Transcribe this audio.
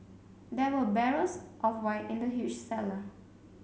there were barrels of wine in the huge cellar